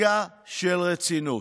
"רגע של רצינות".